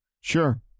Sure